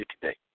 today